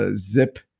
ah zip.